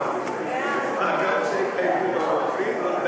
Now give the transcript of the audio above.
65, וגם לחלופין.